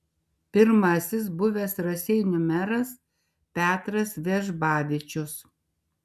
pirmasis buvęs raseinių meras petras vežbavičius